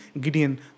Gideon